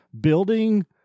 Building